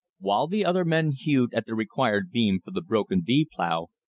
while the other men hewed at the required beam for the broken v plow,